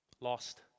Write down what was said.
Lost